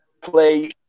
play –